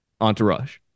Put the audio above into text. Entourage